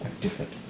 different